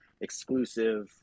exclusive